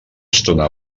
estona